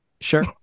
Sure